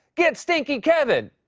get stinky kevin!